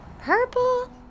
purple